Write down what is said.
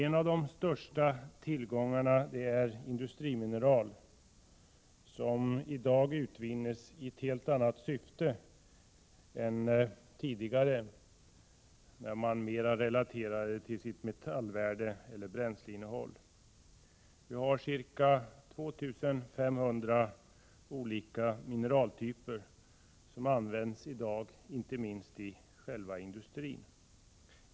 En av de största tillgångarna är industrimineral som i dag utvinnes i ett helt annat syfte än tidigare, då man mera relaterade till metallvärdet eller bränsleinnehållet. I dag kommer ca 2 500 olika mineraltyper till användning, inte minst i industrin.